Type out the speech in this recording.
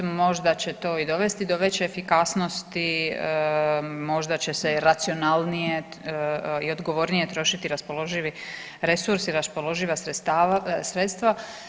Možda će to i dovesti do veće efikasnosti, možda će se racionalnije i odgovornije trošiti raspoloživi resursi, raspoloživa sredstva.